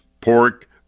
pork